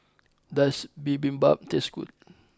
does Bibimbap taste good